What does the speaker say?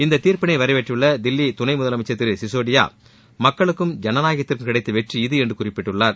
இந்த தீர்ப்பினை வரவேற்றுள்ள தில்லி துணை முதலமைச்சர் திரு சிசோடியா மக்களுக்கும் ஜனநாயகத்திற்கும் கிடைத்த வெற்றி இது என்று குறிப்பிட்டுள்ளார்